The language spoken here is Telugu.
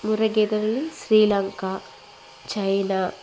ముర్రె గేదెలని శ్రీలంక చైనా